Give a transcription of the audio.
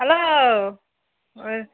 hello